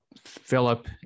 Philip